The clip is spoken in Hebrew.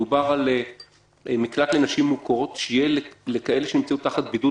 דובר על מקלט לנשים מוכות לכאלה שנמצאות תחת בידוד.